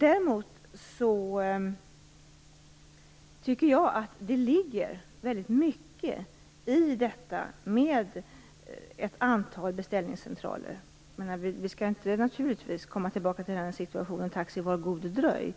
Jag tycker ändå att det ligger väldigt mycket i detta med ett antal beställningscentraler, men naturligtvis skall vi inte återgå till situationen: Taxi, var god dröj.